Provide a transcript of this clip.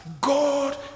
God